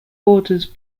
borders